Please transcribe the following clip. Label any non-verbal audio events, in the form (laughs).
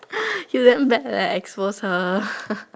(breath) you damn bad leh expose her (laughs)